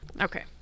Okay